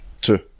Two